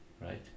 right